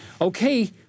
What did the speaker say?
okay